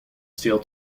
steel